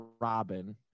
Robin